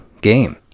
game